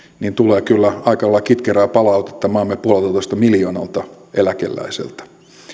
niin tulee kyllä aika lailla kitkerää palautetta maamme puoleltatoista miljoonalta eläkeläiseltä